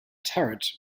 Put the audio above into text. turret